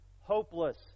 hopeless